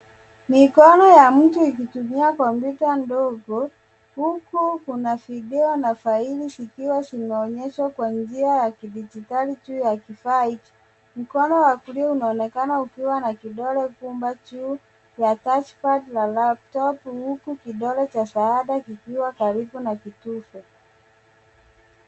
Mikono ya mtu ikitumia kompyuta ndogo huku kuna video na faili zikiwa zinaonyeshwa kwa njia ya kidjitali juu ya kifaa hiki. Mkono wa kulia unaonekana ukiwa na kidole gumba juu ya touch pad la laptop , huku kidole cha shahada kikiwa karibu na kitufe.